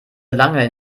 lange